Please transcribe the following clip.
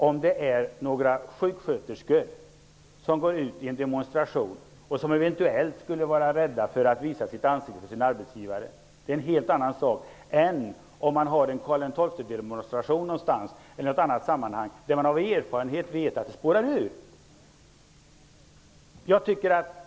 Om några sjuksköterskor går ut i en demonstration och eventuellt skulle vara rädda för att visa ansiktena för sin arbetsgivare, så är det en helt annan sak än en demonstration på Karl XII:s dödsdag eller i något annat sammanhang där man av erfarenhet vet att demonstrationen spårar ur.